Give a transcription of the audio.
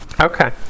okay